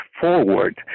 forward